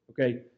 Okay